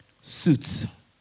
suits